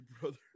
brother